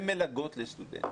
למלגות לסטודנטים,